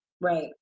Right